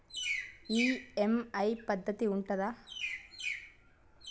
EMI పద్ధతి ఉంటదా?